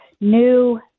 new